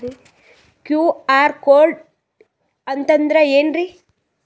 QR code ಅಂತಂದ್ರ ಏನ್ರೀ?